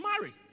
marry